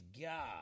God